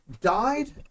died